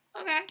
Okay